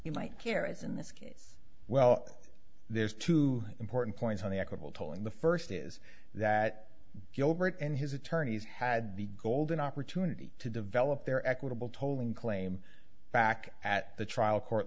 you might care as in this case well there's two important points on the equable tolling the first is that gilbert and his attorneys had the golden opportunity to develop their equitable tolling claim back at the trial court